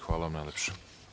Hvala vam najlepše.